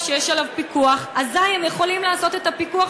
שיש עליו פיקוח אזי הם יכולים לעשות את הפיקוח,